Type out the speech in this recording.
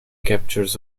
captures